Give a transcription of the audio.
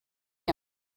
him